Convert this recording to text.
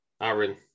Aaron